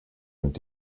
und